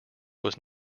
was